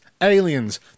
Aliens